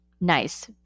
Nice